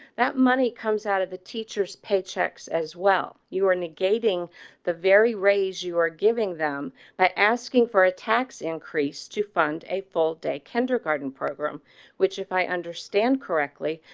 that money comes out of the teacher's, paychecks as well, you are negating the very res. you are giving them by asking for a tax increase to fund a full day kindergarten program which, if i understand correctly,